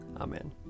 Amen